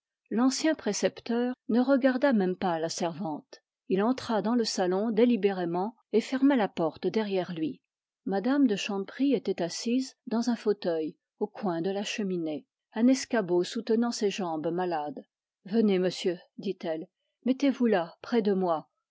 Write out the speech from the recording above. l'ancien précepteur ne regarda même pas la servante il entra dans le salon délibérément et ferma la porte derrière lui mme de chanteprie était assise dans un fauteuil au coin de la cheminée un escabeau soutenant ses jambes malades venez monsieur dit-elle mettez-vous là près de moi